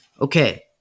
Okay